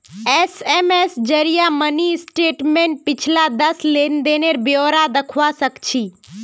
SMS जरिए mini स्टेटमेंटत पिछला दस लेन देनेर ब्यौरा दखवा सखछी